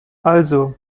also